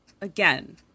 again